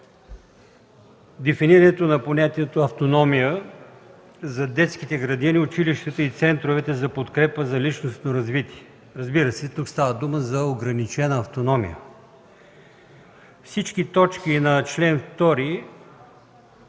дефинирането на понятието „автономия” за детските градини, училищата и центровете за подкрепа на личностното развитие. Разбира се, тук става дума за ограничена автономия. Всички точки на чл. 2